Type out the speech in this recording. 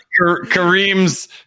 Kareem's